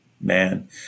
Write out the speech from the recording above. man